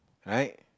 right